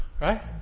Right